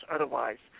Otherwise